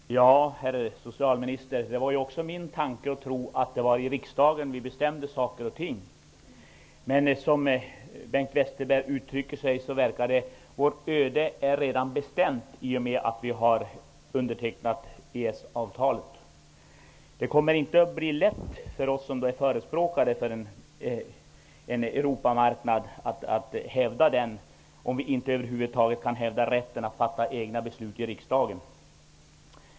Fru talman! Herr socialminister! Det var också min tanke och tro att det är i riksdagen som vi bestämmer saker och ting. Men Bengt Westerberg uttrycker sig så att vårt öde redan verkar vara bestämt, i och med att vi har undertecknat EES avtalet. Det kommer inte att bli lätt för oss som är förespråkare för en Europamarknad att hävda den, om vi över huvud taget inte kan hävda rätten att fatta egna beslut i riksdagen.